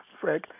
Fred